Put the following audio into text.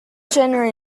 january